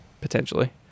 potentially